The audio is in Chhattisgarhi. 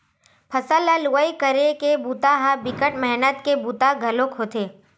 फसल ल लुवई करे के बूता ह बिकट मेहनत के बूता घलोक होथे